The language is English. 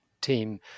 team